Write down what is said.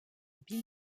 bill